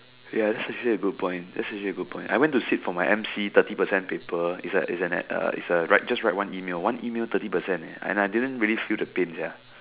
ya that's actually a good point that's actually a good point I went to sit for my M_C thirty percent paper it's an it's a write just one email one email thirty percent eh and I didn't really feel the pain sia